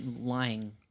lying